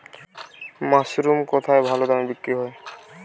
Mushroom কেথায় ভালোদামে বিক্রয় হয়?